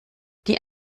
die